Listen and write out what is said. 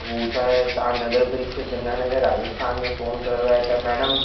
हू त तव्हां नगर परिषद गंगानगर राजस्थान में फ़ोन कयो आहे त मैडम